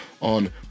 on